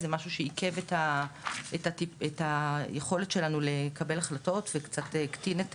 זה משהו שעיכב את היכולת שלנו לקבל החלטות וקצת הקטין את